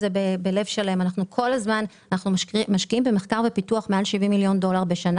אנחנו משקיעים במחקר ופיתוח מעל 70 מיליון דולר בשנה